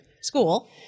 school